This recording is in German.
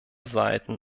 seiten